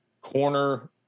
corner